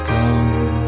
Come